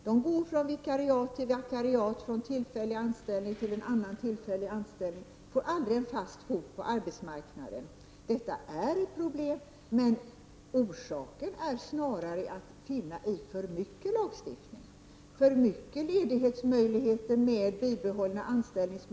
De går från vikariat till vikariat, från en tillfällig anställning till en annan, och de får aldrig en fast fot på arbetsmarknaden. Detta är ett problem. Orsaken till detta är emellertid snarast att finna iatt vi har för mycket lagstiftning och för många möjligheter till ledighet med bibehållen anställning.